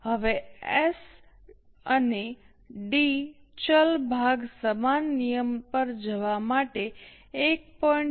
હવે એસ અને D S D ચલ ભાગ સમાન નિયમ પર જવા માટે 1